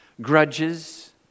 grudges